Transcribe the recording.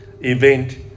event